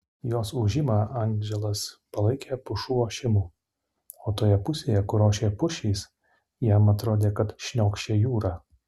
jos ūžimą andželas palaikė pušų ošimu o toje pusėje kur ošė pušys jam atrodė kad šniokščia jūra